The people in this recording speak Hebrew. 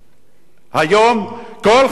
היום כל חברי הכנסת,